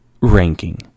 ranking